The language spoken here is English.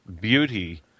beauty